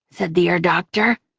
said the ear doctor.